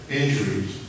injuries